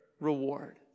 reward